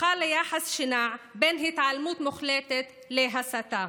זוכה ליחס שנע בין התעלמות מוחלטת להסתה.